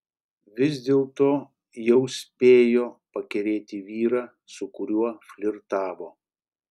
vis dėlto jau spėjo pakerėti vyrą su kuriuo flirtavo